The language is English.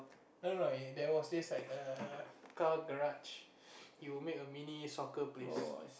no no there was this like car garage he would make a mini soccer place